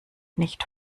nicht